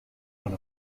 one